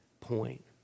point